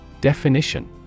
Definition